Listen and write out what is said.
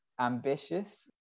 ambitious